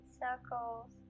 circles